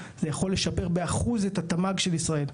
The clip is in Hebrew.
זה יכול לשפר באחוז את התמ"ג של ישראל.